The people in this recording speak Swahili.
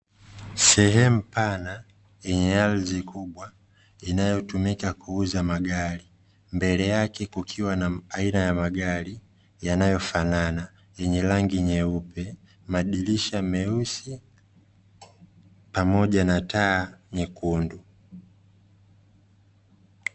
Sehemu pana yenye ardhi kubwa inayotumika kuuza magari mbele yake kukiwa na aina ya magari yanayofanana, yenye rangi nyeupe, madirisha meusi pamoja na taa nyekundu.